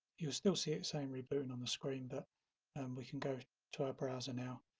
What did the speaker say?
you'll still see it same rebooting on the screen but and we can go to our browser now